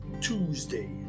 Tuesday